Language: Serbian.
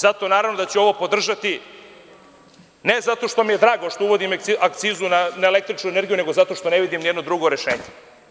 Zato, naravno da ću ovo podržati, ne zato što mi je drago što uvodim akcizu na električnu energiju, nego zato što ne vidim nijedno drugo rešenje.